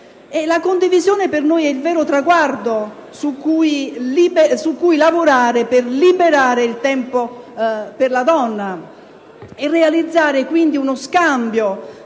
La condivisione per noi è il vero traguardo su cui lavorare per liberare il tempo per la donna e realizzare quindi uno scambio